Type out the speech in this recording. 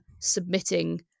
submitting